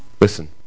listen